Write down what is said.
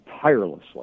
tirelessly